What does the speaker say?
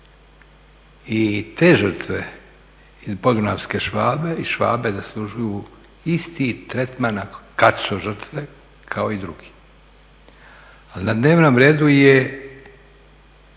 i te žrtve iz Podunavske Švabe zaslužuju isti tretman kad su žrtve kao i drugi, ali na dnevnom redu je